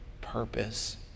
purpose